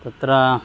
तत्र